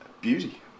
beauty